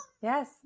Yes